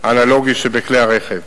האנלוגי שבכלי-הרכב.